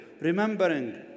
Remembering